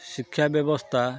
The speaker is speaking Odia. ଶିକ୍ଷା ବ୍ୟବସ୍ଥା